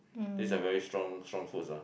these are very strong strong foods ah